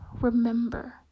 remember